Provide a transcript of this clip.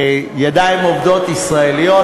בידיים עובדות ישראליות.